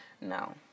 No